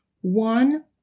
One